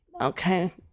okay